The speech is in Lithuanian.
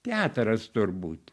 teatras tur būt